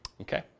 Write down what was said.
Okay